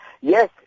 Yes